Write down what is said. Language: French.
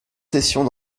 sessions